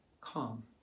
calm